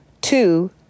two